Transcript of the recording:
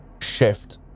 shift